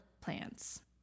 plans